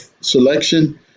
selection